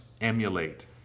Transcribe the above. emulate